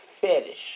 fetish